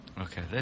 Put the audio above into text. Okay